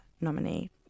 Nominee